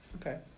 Okay